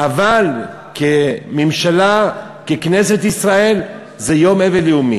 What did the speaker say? אבל כממשלה, ככנסת ישראל, זה יום אבל לאומי.